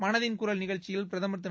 மனதின் குரல் நிகழ்ச்சியில் பிரதமா் திரு